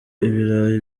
ibirayi